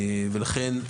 ולכן,